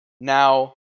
now